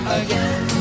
again